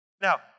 Now